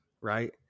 right